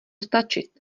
stačit